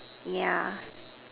yeah